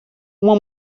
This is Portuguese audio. uma